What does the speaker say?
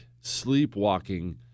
sleepwalking